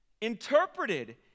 interpreted